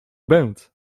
bęc